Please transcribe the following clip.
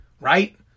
right